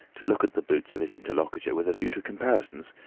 to look at the boots of his interlocutor with a view to comparisons,